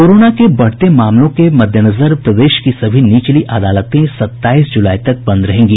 corona के बढ़ते मामलों के मद्देनजर प्रदेश की सभी निचली अदालतें सत्ताईस ज़ुलाई तक बंद रहेंगी